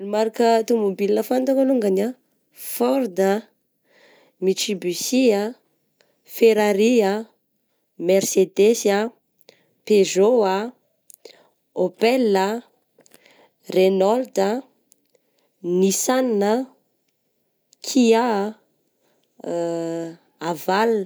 Marika tômobila fantako alongany ah: ford, mitsibusi ah, ferrari ah, mercedes ah, peugeot ah, opel ah, renault ah, nissan ah, kia, haval.